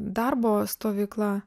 darbo stovykla